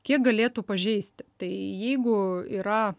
kiek galėtų pažeisti tai jeigu yra